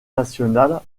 nationale